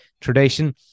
tradition